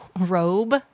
robe